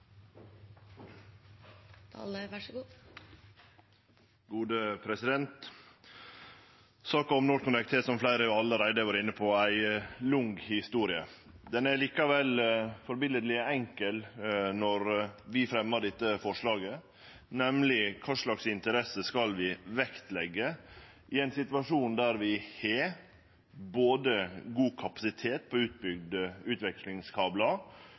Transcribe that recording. Saka om NorthConnect har, som fleire allereie har vore inne på, ei lang historie. Ho er likevel førebiletleg enkel når vi fremjar dette forslaget, nemleg: Kva slags interesse skal vi vektleggje i ein situasjon der vi har både god kapasitet på utbygde